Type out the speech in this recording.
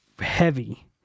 heavy